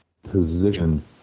position